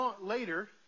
later